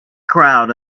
crowd